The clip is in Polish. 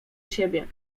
siebie